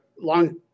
long